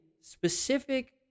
specific